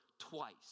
twice